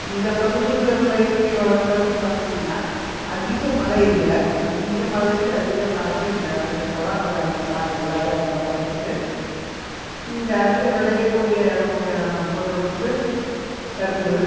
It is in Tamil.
இந்தப் பகுதியில் உள்ள இயற்கை வளங்கள்னு பார்த்திங்கன்னா அதிக மழை இல்லை அதிக மழை அதிக காற்று இந்த இதுக்கெல்லாம் கொஞ்சம் அதிக பாதிப்பு இல்லாத இடமாதான் இருக்குது இங்கே அதிக விளையக்கூடிய இடம் பொருள் வந்து கரும்பு